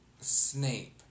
Snape